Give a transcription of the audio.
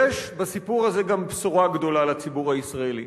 יש בסיפור הזה גם בשורה גדולה לציבור הישראלי: